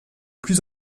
plus